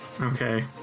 Okay